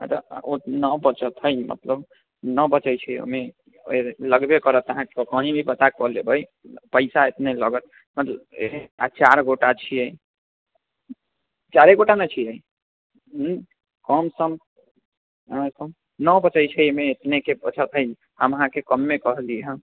अच्छा नहि बचत हइ मतलब नहि बचै छै ओहिमे लगबे करत अहाँके कहीँ भी पता कऽ लेबै पइसा एतने लगत आओर चारि गोटा छिए चारे गोटा ने छिए कमसम नहि बचै छै ओहिमे एतनेके बचत हइ हम अहाँके कमे कहली हइ